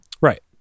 Right